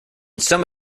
some